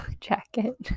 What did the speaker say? jacket